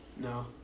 No